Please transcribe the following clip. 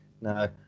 No